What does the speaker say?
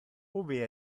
ubi